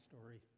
story